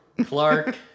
Clark